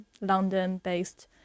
London-based